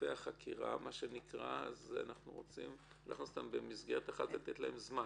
לגופי החקירה אנחנו רוצים להכניס אותם למסגרת אחת ולתת להם זמן.